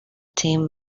team